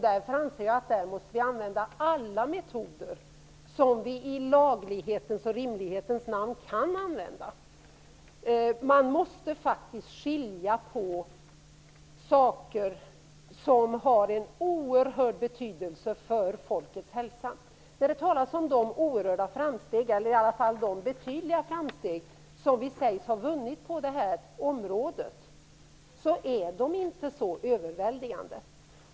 Därför anser jag att vi där måste använda alla metoder som vi i laglighetens och rimlighetens namn kan använda. Man måste faktiskt skilja på saker som har en oerhörd betydelse för folkets hälsa. Det talas om de betydliga framsteg som vi sägs ha vunnit på det här området, men de är inte så överväldigande.